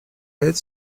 être